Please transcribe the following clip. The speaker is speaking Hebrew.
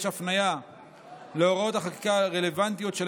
יש הפניה להוראות החקיקה הרלוונטיות של